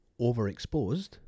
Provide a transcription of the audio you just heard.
overexposed